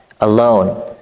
alone